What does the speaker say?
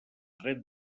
dret